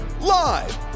live